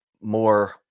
more